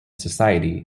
society